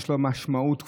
יש לו משמעות כפולה,